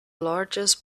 largest